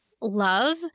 love